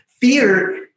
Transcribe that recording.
Fear